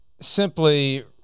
simply